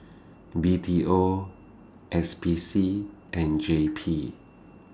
B T O S P C and J P